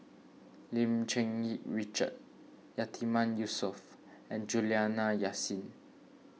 Lim Cherng Yih Richard Yatiman Yusof and Juliana Yasin